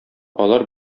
алар